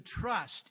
trust